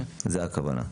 זאת הכוונה.